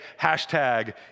hashtag